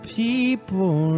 people